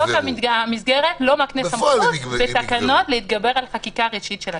חוק המסגרת לא מקנה סמכות בתקנות להתגבר על חקיקה ראשית של הכנסת.